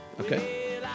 Okay